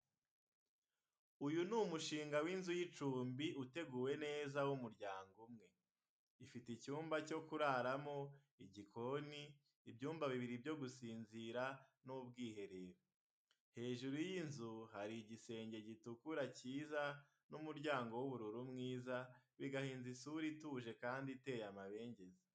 Uyu ni umushinga w’inzu y’icumbi uteguwe neza w'umuryango umwe. Ifite icyumba cyo kuraramo, igikoni, ibyumba bibiri byo gusinzira n’ubwiherero. Hejuru y’inzu hari igisenge gitukura cyiza n’umuryango w’ubururu mwiza, bigaha inzu isura ituje kandi iteye amabengeza.